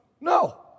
No